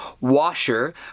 washer